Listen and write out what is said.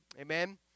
Amen